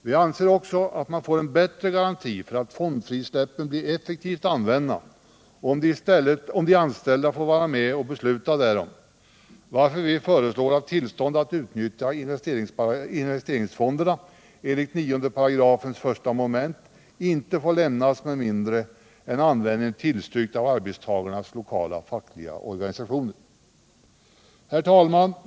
Vi anser också att man får en bättre garanti för att fondfrisläppen blir effektivt använda om de anställda får vara med och besluta därom, varför vi föreslår att tillstånd att utnyttja investeringsfonderna enligt 9 § I mom. inte får lämnas med mindre än att användningen tillstyrkts av arbetstagarnas lokala fackliga organisationer. Herr talman!